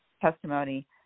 testimony